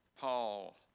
Paul